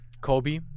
Kobe